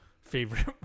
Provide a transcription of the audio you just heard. favorite